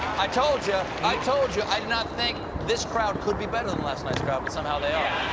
i told you, i told you i did not think this crowd could be better than last night's crowd but somehow they are.